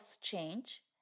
change